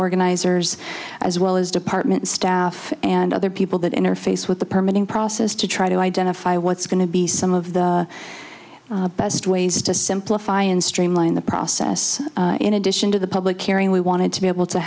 organizers as well as department staff and other people that interface with the permitting process to try to identify what's going to be some of the best ways to simplify and streamline the process in addition to the public airing we wanted to be able to